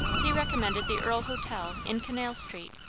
he recommended the earle hotel in canal street.